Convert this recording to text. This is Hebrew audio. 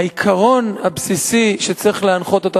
העיקרון הבסיסי שצריך להנחות אותנו,